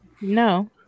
No